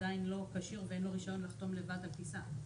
עדיין לא כשיר ואין לו רישיון לחתום לבד על טיסה,